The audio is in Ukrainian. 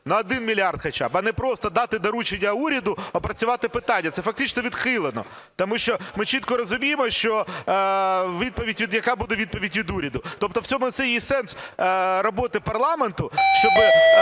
на 1 мільярд хоча б, а не просто дати доручення уряду опрацювати питання. Це фактично відхилено. Тому що ми чітко розуміємо, що відповідь, яка буде відповідь від уряду. Тобто в цьому і є сенс роботи парламенту, щоб